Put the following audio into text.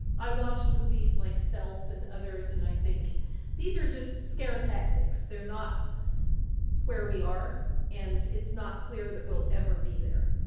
i watched movies like stealth and others and i think these are just scare tactics. they're not where we are and it's not clear that we'll ever be there.